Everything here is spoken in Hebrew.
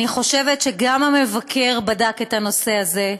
גם המבקר בדק את הנושא הזה,